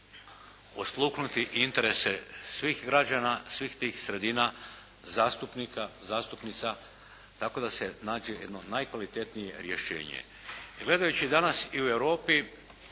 osluhnuti interese svih građana, svih tih sredina, zastupnika, zastupnica tako da se nađe jedno najkvalitetnije rješenje. I gledajući danas i u Europi